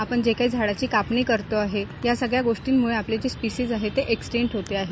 आपण जे काही झाडांची कापणी करत आहोत या सगळ्या गोष्टींमुळे आपले जे स्पिसीज आहेत ते एक्सटेन्ट होत आहेत